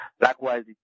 Likewise